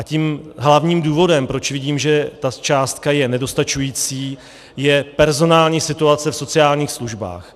Tím hlavním důvodem, proč vidím, že ta částka je nedostačující, je personální situace v sociálních službách.